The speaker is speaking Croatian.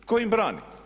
Tko im brani?